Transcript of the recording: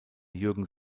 jürgen